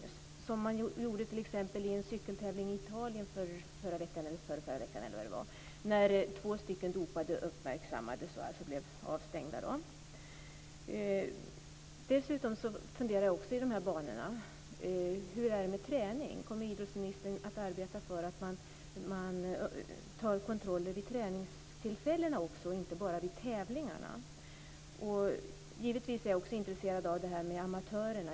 Det gjorde man t.ex. i en cykeltävling i Italien för någon vecka sedan, och där uppmärksammades två som var dopade och som blev avstängda. Dessutom funderar jag i de här banorna: Hur är det med träningen? Kommer idrottsministern att arbeta för att man gör kontroller vid träningstillfällena också och inte bara vid tävlingarna? Jag är givetvis också intresserad av hur det är med amatörerna.